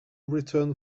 return